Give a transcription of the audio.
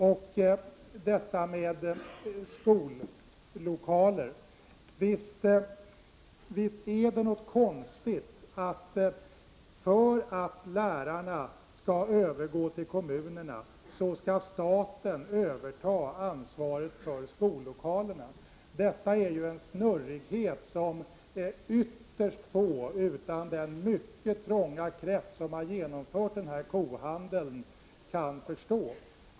Och visst är det väl någonting konstigt att staten skall överta ansvaret för skollokalerna därför att lärartjänsterna skall kommunaliseras. Detta är ju en snurrighet som ytterst få utanför den mycket trånga krets som genomfört den här kohandeln kan förstå.